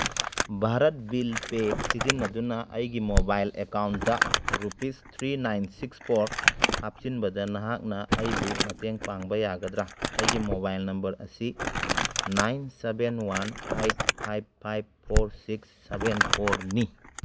Bharat bill pay ꯁꯤꯖꯤꯟꯅꯗꯨꯅ ꯑꯩꯒꯤ mobile account rupees three nine six four ꯍꯥꯞꯆꯤꯟꯕꯗ ꯅꯍꯥꯛꯅ ꯑꯩꯕꯨ ꯃꯇꯦꯡ ꯄꯥꯡꯕ ꯌꯥꯒꯗ꯭ꯔꯥ ꯑꯩꯒꯤ ꯃꯣꯕꯥꯏꯜ ꯅꯝꯕꯔ ꯑꯁꯤ nine seven one eight five five four six seven ꯐꯣꯔꯅꯤ